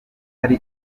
ari